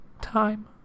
time